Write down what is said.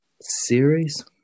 series